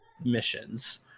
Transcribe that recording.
missions